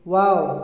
wow